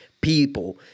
people